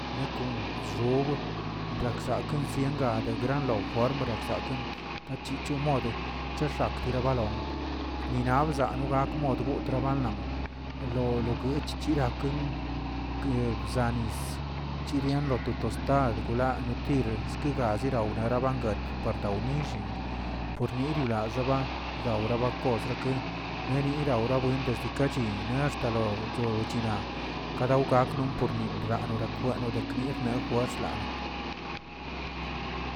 Naꞌ kon chxob reksakꞌ siengaa adegran rofo nomerogsaken, tachicho mode chixakꞌ dirabalon, nina bzaa no gak mod gu trabalan lo loguch chi raken ke bzaa nis chirian lo to tostad la notir kigazirauraga narabanguet par dawnillꞌ pornir yoraxobla laora bakosrakə neri raura buen desde kachin naꞌ xtalaw chono chinaa kano gawknon porninra norakwa nodeknir naꞌ wext lano.